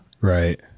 Right